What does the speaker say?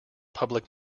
public